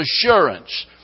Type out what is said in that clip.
assurance